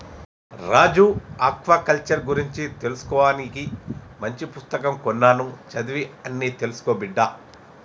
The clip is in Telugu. రాజు ఆక్వాకల్చర్ గురించి తెలుసుకోవానికి మంచి పుస్తకం కొన్నాను చదివి అన్ని తెలుసుకో బిడ్డా